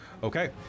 Okay